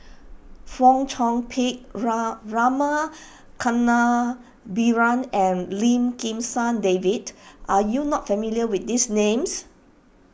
Fong Chong Pik Ra Rama Kannabiran and Lim Kim San David are you not familiar with these names